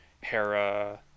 Hera